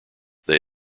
they